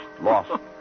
lost